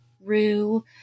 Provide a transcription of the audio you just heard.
rue